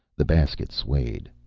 the basket swayed.